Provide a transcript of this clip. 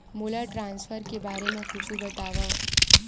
मोला ट्रान्सफर के बारे मा कुछु बतावव?